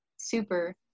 Super